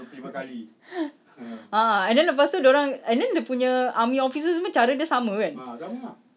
ah and then lepas tu dia orang and then dia punya army officer semua cara dia sama kan